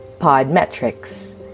Podmetrics